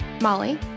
Molly